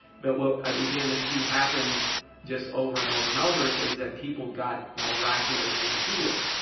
but what i began to see happen just over and over and over, is that people got miraculously healed,